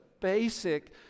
basic